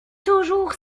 toujours